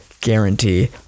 guarantee